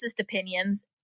opinions